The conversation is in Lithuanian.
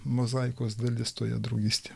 mozaikos dalis toje draugystėje